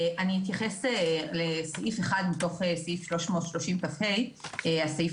אני אתייחס לסעיף (1) מתוך סעיף 330כה. הסעיף